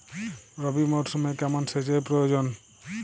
রবি মরশুমে কেমন সেচের প্রয়োজন?